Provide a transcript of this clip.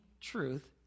truth